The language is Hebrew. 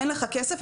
אין לך כסף,